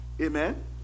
Amen